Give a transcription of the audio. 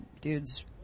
dudes